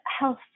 health